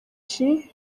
the